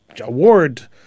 award